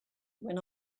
when